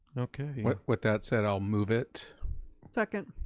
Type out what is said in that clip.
with that said, i'll move it. second.